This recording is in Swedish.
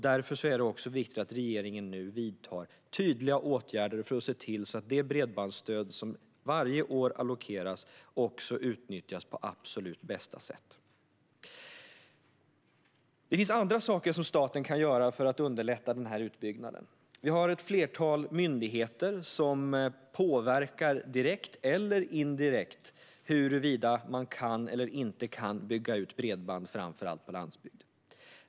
Därför är det viktigt att regeringen nu vidtar tydliga åtgärder för att se till att det bredbandsstöd som varje år allokeras också utnyttjas på absolut bästa sätt. Det finns andra saker som staten kan göra för att underlätta den här utbyggnaden. Det finns ett flertal myndigheter som påverkar direkt eller indirekt huruvida man kan eller inte kan bygga ut bredband framför allt på landsbygden.